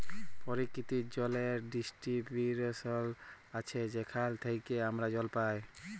পরকিতিতে জলের ডিস্টিরিবশল আছে যেখাল থ্যাইকে আমরা জল পাই